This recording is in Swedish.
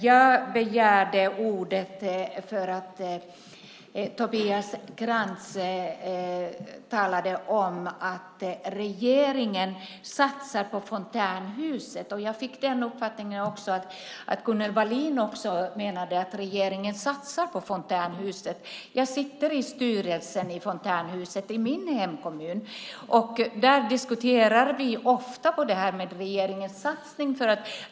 Jag begärde ordet för att Tobias Krantz talade om att regeringen satsar på fontänhusen. Jag uppfattade det som att Gunnel Wallin också menade att regeringen satsar på fontänhusen. Jag sitter i styrelsen i fontänhuset i min hemkommun. Där diskuterar vi ofta regeringens satsning.